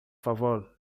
favor